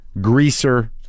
greaser